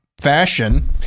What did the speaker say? fashion